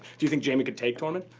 do you think jaime could take tormund?